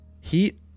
Heat